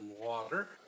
water